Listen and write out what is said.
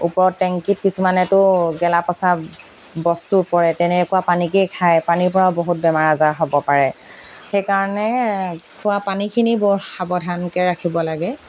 ওপৰত টেংকিত কিছুমানেতো গেলা পচা বস্তু পৰে তেনেকুৱা পানীকেই খায় পানীৰ পৰাও বহুত বেমাৰ আজাৰ হ'ব পাৰে সেইকাৰণে খোৱা পানীখিনি বৰ সাৱধানকৈ ৰাখিব লাগে